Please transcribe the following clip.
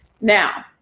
Now